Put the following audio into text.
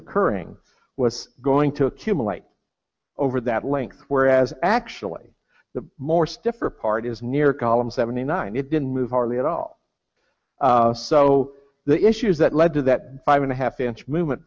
occurring was going to accumulate over that length whereas actually the more stiffer part is near column seventy nine it didn't move hardly at all so the issues that led to that five and a half inch movement